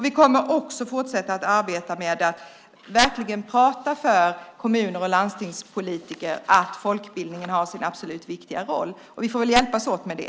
Vi kommer också fortsatt att arbeta med att verkligen tala om för kommun och landstingspolitiker att folkbildningen absolut har sin viktiga roll. Vi får hjälpas åt med det.